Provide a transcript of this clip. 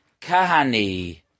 kahani